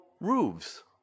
roofs